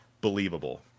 believable